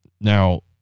now